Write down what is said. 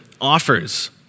Offers